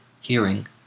Hearing